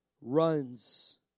runs